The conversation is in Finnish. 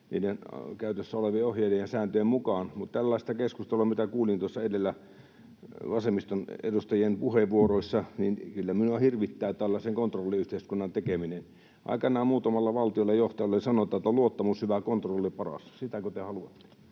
niiden käytössä olevien ohjeiden ja sääntöjen mukaan. Mutta kun tällaista keskustelua kuulin tuossa edellä vasemmiston edustajien puheenvuoroissa, niin kyllä minua hirvittää tällaisen kontrolliyhteiskunnan tekeminen. Aikanaan muutamalla valtionjohtajalla oli sanonta ”luottamus hyvä, kontrolli paras”. Sitäkö te haluatte?